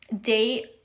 date